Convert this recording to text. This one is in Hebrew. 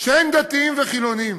שאין דתיים וחילונים,